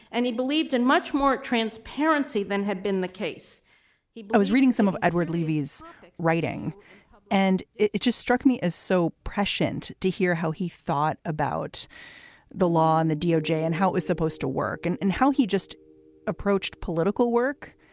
and he believed in much more transparency than had been the case he was reading some of edward leaving's writing and it just struck me as so prescient to hear how he thought about the law and the doj and how it is supposed to work and and how he just approached political work.